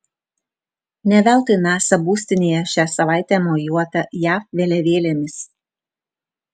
ne veltui nasa būstinėje šią savaitę mojuota jav vėliavėlėmis